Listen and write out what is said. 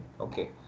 Okay